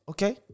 Okay